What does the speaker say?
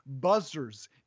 buzzers